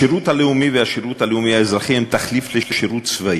השירות הלאומי והשירות הלאומי האזרחי הם תחליף לשירות צבאי.